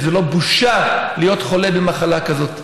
וזו לא בושה להיות חולה במחלה כזאת.